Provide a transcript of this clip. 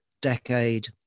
decade